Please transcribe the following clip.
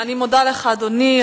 אני מודה לך, אדוני.